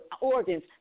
organs